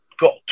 got